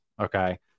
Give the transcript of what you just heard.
Okay